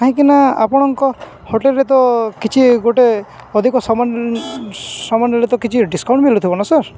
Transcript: କାହିଁକି ନା ଆପଣଙ୍କ ହୋଟେଲ୍ରେ ତ କିଛି ଗୋଟେ ଅଧିକ ସାମାନ ସାମାନନେଲେ ତ କିଛି ଡିସ୍କାଉଣ୍ଟ ମିିଳୁଥିବ ନା ସାର୍